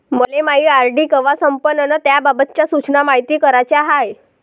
मले मायी आर.डी कवा संपन अन त्याबाबतच्या सूचना मायती कराच्या हाय